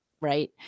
right